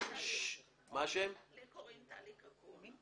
טלי קקון.